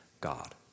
God